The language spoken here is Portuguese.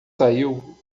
saiu